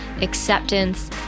acceptance